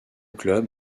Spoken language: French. club